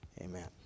Amen